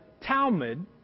Talmud